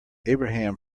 abraham